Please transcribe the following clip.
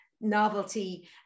novelty